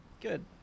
Good